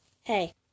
Hey